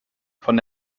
von